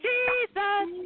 Jesus